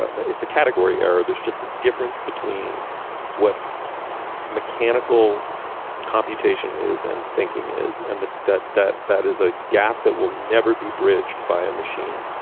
it's a category error. there's just a difference between what mechanical computation is and thinking is. and that that that that is a gap that will never be bridged by a machine.